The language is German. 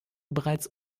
bereits